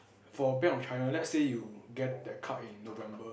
for Bank of China let's say you get the card in November